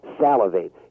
salivate